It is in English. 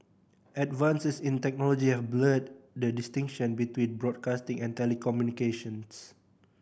advances in technology have blurred the distinction between broadcasting and telecommunications